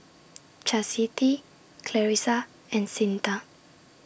Chasity Clarissa and Cyntha